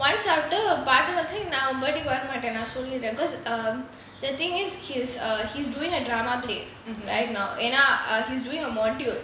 once after her party நான்:naan birthday கு வர மாட்டேன்:kku vara maattaen because uh the thing is he's uh he's doing a drama play right now and uh he's doing a module